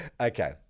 okay